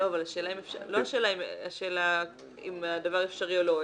לא השאלה אם הדבר אפשרי או לא.